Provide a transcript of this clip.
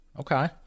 Okay